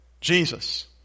Jesus